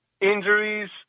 injuries